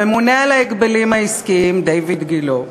הממונה על ההגבלים העסקיים, דיויד גילה,